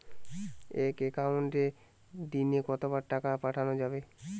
এক একাউন্টে দিনে কতবার টাকা পাঠানো যাবে?